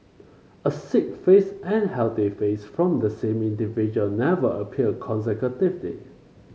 a sick face and healthy face from the same individual never appeared consecutively